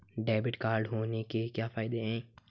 Debit card होने के क्या फायदे हैं?